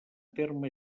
terme